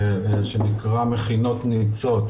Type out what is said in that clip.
שנקרא מכינות ניצוץ,